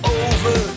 over